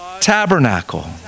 tabernacle